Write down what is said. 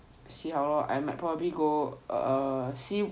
see how lor I might probably go err see